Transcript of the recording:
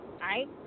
right